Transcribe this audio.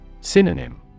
Synonym